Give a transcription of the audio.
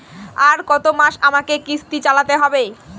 আর কতমাস আমাকে কিস্তি চালাতে হবে?